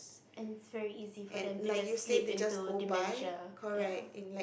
and is very easy for them to just sleep into dementia ya